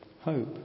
hope